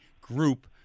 group